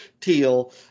Teal